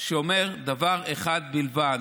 שאומר דבר אחד בלבד: